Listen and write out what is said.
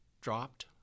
dropped